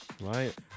Right